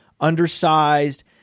undersized